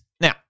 Now